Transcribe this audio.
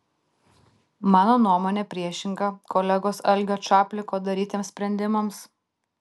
mano nuomonė priešinga kolegos algio čapliko darytiems sprendimams